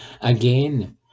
Again